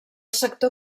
sector